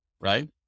right